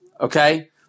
okay